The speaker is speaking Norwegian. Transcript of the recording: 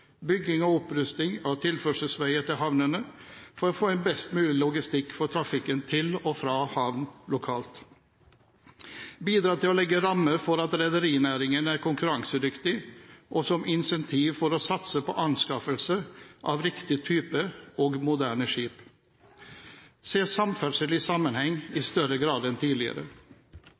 bygging og opprustning av tilførselsveier til havnene for å få en best mulig logistikk for trafikken til og fra havn lokalt. Andre tiltak er å bidra til å legge rammer for at rederinæringen er konkurransedyktig, som incentiv til å satse på anskaffelse av riktig type og moderne skip, og å se samferdsel i sammenheng i større grad enn tidligere.